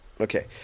Okay